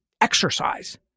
exercise